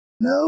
no